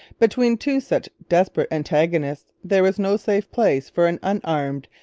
between two such desperate antagonists there was no safe place for an unarmed,